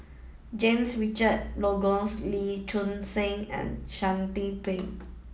James Richardson Logan Lee Choon Seng and Shanti Pereira